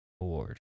award